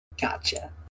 Gotcha